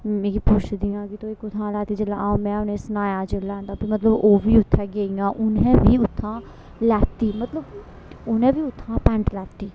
मिगी पुच्छदियां कि तूं एह् कुत्थां लैती ते जेल्लै में उ'नें सनाया जेल्लै ते फ्ही मतलब ओह् बी उत्थें गेइयां उ'नें बी उत्थां लैती मतलब उनें बी उत्थां पैंट लैती